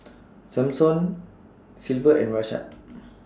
Samson Silver and Rashaad